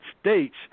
States